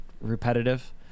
repetitive